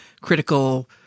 critical